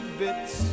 bits